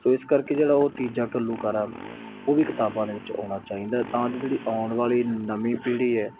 ਸੋ ਇਸ ਕਰਕੇ ਜਿਹੜਾ ਉਹ ਤੀਜਾ ਘੱਲੂਘਾਰਾ ਉਹ ਵੀ ਕਿਤਾਬਾਂ ਦੇ ਵਿੱਚ ਆਉਣਾ ਚਾਹੀਦਾ ਤਾਂ ਜੋ ਜਿਹੜੀ ਆਉਣ ਵਾਲੀ ਨਵੀਂ ਪੀੜ੍ਹੀ ਹੈ